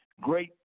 Great